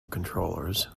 controllers